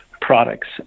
products